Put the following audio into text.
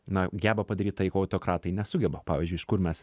na geba padaryt tai ko autokratai nesugeba pavyzdžiui iš kur mes